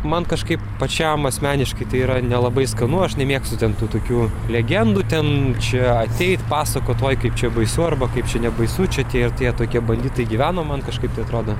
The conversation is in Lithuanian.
man kažkaip pačiam asmeniškai tai yra nelabai skanu aš nemėgstu ten tų tokių legendų ten čia atseit pasakot oi kaip čia baisu arba kaip čia nebaisu čia tie ir tie tokie banditai gyveno man kažkaip tai atrodo